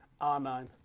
R9